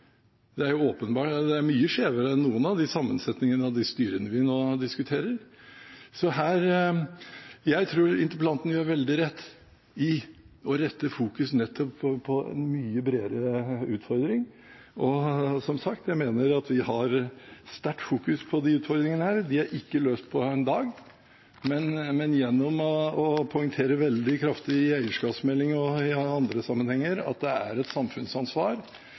Det er mye skjevere enn noen av sammensetningene av de styrene vi nå diskuterer. Jeg tror interpellanten gjør veldig rett i å fokusere nettopp på en mye bredere utfordring, og, som sagt, jeg mener at vi har sterkt fokus på de utfordringene, de er ikke løst på en dag. Men gjennom å poengtere veldig kraftig i eierskapsmeldingen og i andre sammenhenger at det er et samfunnsansvar